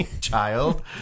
child